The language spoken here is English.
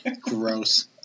Gross